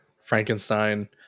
Frankenstein